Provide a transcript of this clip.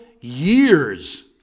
years